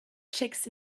chicks